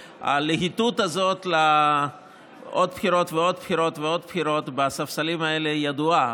הלהיטות הזאת לעוד בחירות ועוד בחירות ועוד בחירות בספסלים האלה ידועה,